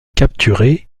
capturé